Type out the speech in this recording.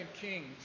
Kings